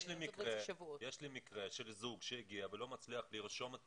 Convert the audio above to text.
יש לי מקרה של זוג שהגיע ולא מצליח לרשום את